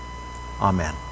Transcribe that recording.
Amen